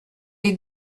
est